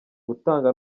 gutanga